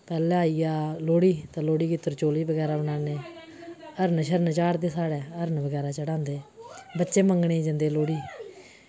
पैह्लै आई गेआ लोह्ड़ी ते लोह्ड़ी गी तरचोली बगैरा बनाने हरन शरन चाढ़दे साढ़ै हरन बगैरा चढ़ांदे बच्चे मंगने जंदे लोह्ड़ी